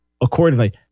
accordingly